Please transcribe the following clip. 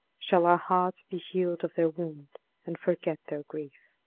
shall our hearts be healed of their wound and forget their grief.